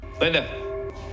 linda